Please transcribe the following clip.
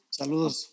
Saludos